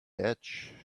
edge